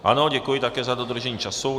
Ano, děkuji také za dodržení času.